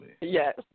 Yes